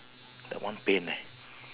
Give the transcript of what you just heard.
that one pain leh